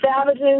savages